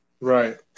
Right